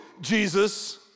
Jesus